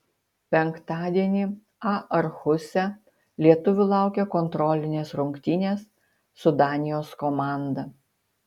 penktadienį aarhuse lietuvių laukia kontrolinės rungtynės su danijos komanda